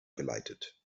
geleitet